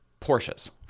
Porsches